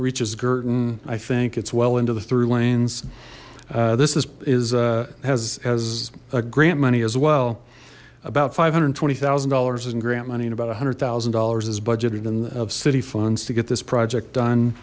reaches girton i think it's well into the through lanes this is as a grant money as well about five hundred twenty thousand dollars in grant money in about a hundred thousand dollars is budgeted and of city funds to get this project done